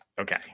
Okay